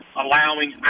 allowing